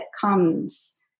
comes